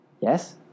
Yes